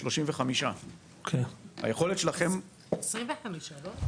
שמענו 35. היכולת שלכם --- 25, לא?